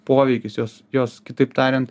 poveikis jos jos kitaip tariant